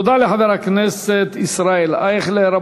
תודה לחבר הכנסת ישראל אייכלר.